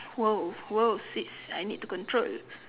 !whoa! !whoa! sweets I need to control